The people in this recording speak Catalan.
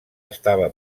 estava